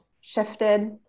shifted